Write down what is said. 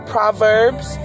Proverbs